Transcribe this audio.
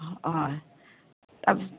হয় আপ